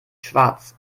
schwarz